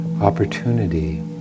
opportunity